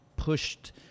Pushed